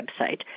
website